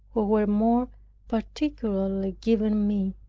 who were more particularly given me.